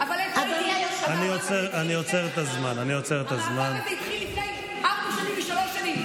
היא לא רוצה לשמוע, חברת הכנסת וולדיגר.